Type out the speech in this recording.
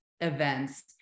events